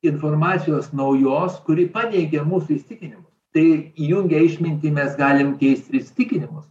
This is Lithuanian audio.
informacijos naujos kuri paneigia mūsų įsitikinimus tai įjungę išmintį mes galim keist ir įsitikinimus